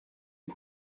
les